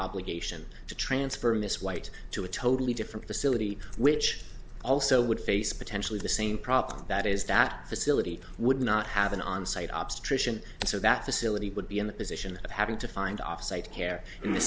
obligation to transfer miss white to a totally different facility which also would face potentially the same problem that is that facility would not have an onsite obstetrician so that facility would be in the position of having to find offsite care in the